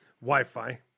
Wi-Fi